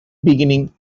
beginning